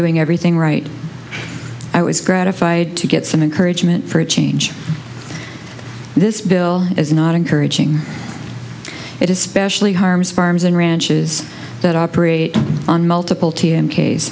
doing everything right and i was gratified to get some encouragement for a change this bill is not encouraging it especially harms farms and ranches that operate on multiple t m case